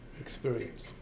experience